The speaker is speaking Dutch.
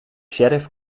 sheriff